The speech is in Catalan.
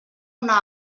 una